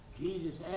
Jesus